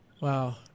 Wow